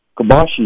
Kabashi